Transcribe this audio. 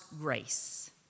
grace